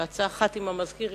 בעצה אחת עם המזכיר,